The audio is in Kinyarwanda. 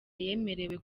yemerewe